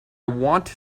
want